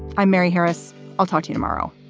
i'm mary harris i'll talk to you tomorrow